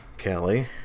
Kelly